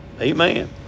Amen